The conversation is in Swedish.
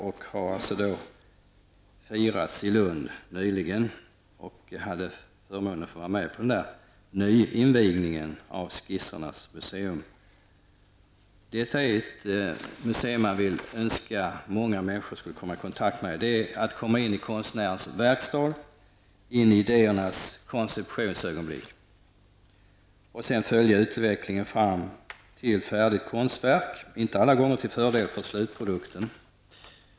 Detta har nyligen firats i Lund. Jag hade förmånen att få vara med på nyinvigningen av Skissernas museum. Detta är ett museum som man önskar att många människor skulle komma i kontakt med. Det är att komma in i konstnärens verkstad, in i idéernas konceptionsögonblick och sedan följa utvecklingen fram till ett färdigt konstverk -- inte alltid till fördel för slutprodukten.